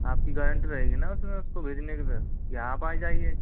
आपकी गारंटी रहेगी न उसमें उसको भेजने की सर फिर या आप आ जाइए